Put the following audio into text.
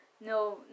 no